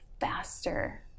faster